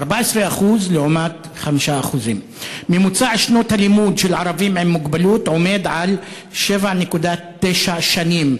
14% לעומת 5%. ממוצע שנות הלימוד של ערבים עם מוגבלות עומד על 7.9 שנים,